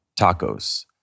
tacos